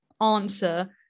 answer